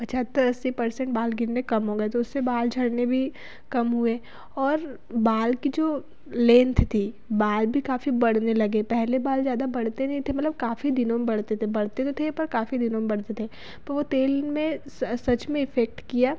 पचहत्तर अस्सी पर्सेंट बाल गिरने कम हो गए तो उससे बाल झड़ने भी कम हुए और बाल की जो लेंथ थी बाल भी काफ़ी बढ़ने लगे पहले बाल ज़्यादा बढ़ते नहीं थे मतलब काफ़ी दिनों में बढ़ते थे बढ़ते तो थे पर काफ़ी दिनों में बढ़ते थे तो वह तेल में सच में इफेक्ट किया